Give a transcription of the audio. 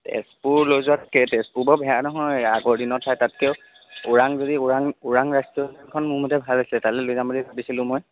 তেজপুৰ লৈ যোৱাতকে তেজপুৰ বাৰু বেয়া নহয় আগৰ দিনৰ ঠাই তাতকে ওৰাং যদি ওৰাং ওৰাং ৰাষ্ট্ৰীয উদ্যানখন মোৰ মতে ভাল আছিল তালে লৈ যাম বুলি ভাবিছিলোঁ মই